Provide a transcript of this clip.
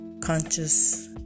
conscious